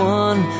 one